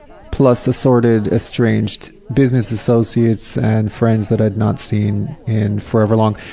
plus assorted estranged business associates and friends that i've not seen in forever long.